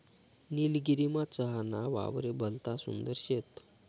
निलगिरीमा चहा ना वावरे भलता सुंदर शेत